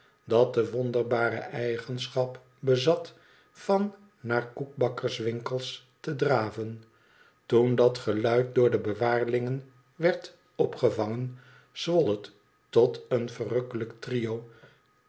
dat de wonderbare eigenschap bezat van naar koekbakkerswinkels te draven toen dat geluid door de bewaarlingen werd opgevangen zwol het tot een verrukkelijk trio